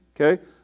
Okay